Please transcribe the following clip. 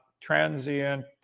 transient